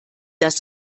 dass